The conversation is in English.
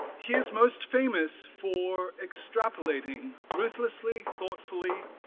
he is most famous for extrapolating ruthlessly thoughtfully